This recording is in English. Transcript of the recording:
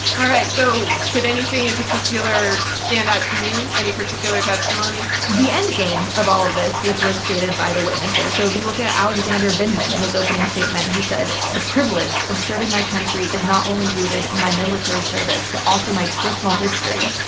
all right, so did anything in particular stand out to you, any particular testimony? the endgame of all of this, which was stated by the witnesses, so if you look at alexander vindman and his opening statement, he said, the privilege of serving my country is not only rooted in my military service, but also my personal history.